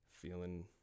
feeling